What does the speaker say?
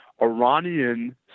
Iranian